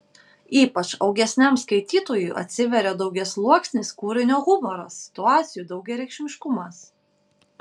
ypač augesniam skaitytojui atsiveria daugiasluoksnis kūrinio humoras situacijų daugiareikšmiškumas